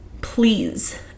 please